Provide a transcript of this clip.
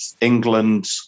England